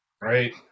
right